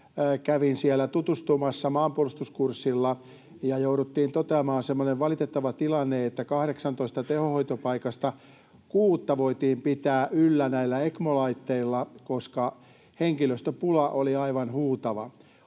siellä tutustumassa maanpuolustuskurssilla, ja jouduttiin toteamaan semmoinen valitettava tilanne, että 18 tehohoitopaikasta kuutta voitiin pitää yllä näillä ECMO-laitteilla, koska henkilöstöpula oli aivan huutava.